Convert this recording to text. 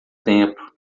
tempo